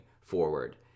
forward